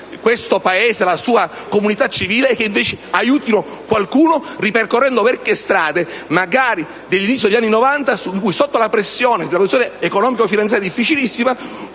il Paese e la sua comunità civile, e che invece aiutino qualcuno, ripercorrendo vecchie strade, magari quelle dell'inizio degli anni '90, in cui, sotto la pressione di una situazione economico-finanziaria difficilissima,